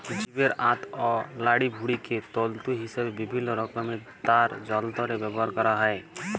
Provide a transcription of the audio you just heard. জীবের আঁত অ লাড়িভুঁড়িকে তল্তু হিসাবে বিভিল্ল্য রকমের তার যল্তরে ব্যাভার ক্যরা হ্যয়